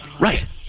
Right